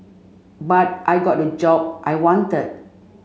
but I got the job I wanted